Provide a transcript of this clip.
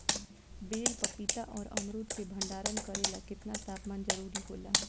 बेल पपीता और अमरुद के भंडारण करेला केतना तापमान जरुरी होला?